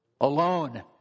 Alone